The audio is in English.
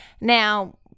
Now